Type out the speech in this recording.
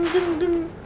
tung tung tung